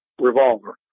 revolver